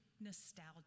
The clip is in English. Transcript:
nostalgia